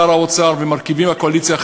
שר האוצר ומרכיבים אחרים מהקואליציה,